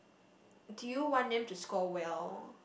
do you want them to score well